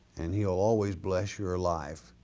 and he'll always bless your life,